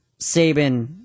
Saban